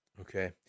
Okay